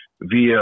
via